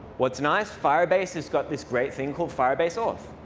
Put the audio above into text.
what's nice, firebase has got this great thing called firebase auth.